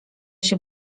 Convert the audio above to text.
się